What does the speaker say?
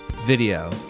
Video